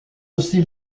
aussi